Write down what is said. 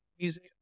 music